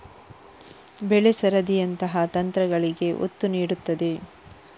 ಬೆಳೆ ಸರದಿಯಂತಹ ತಂತ್ರಗಳಿಗೆ ಒತ್ತು ನೀಡುತ್ತದೆ